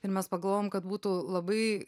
ir mes pagalvojom kad būtų labai